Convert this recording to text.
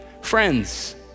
friends